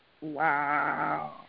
Wow